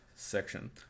Section